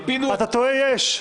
אתה טועה, יש.